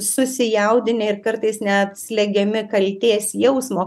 susijaudinę ir kartais net slegiami kaltės jausmo